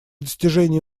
достижения